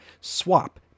Swap